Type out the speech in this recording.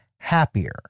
happier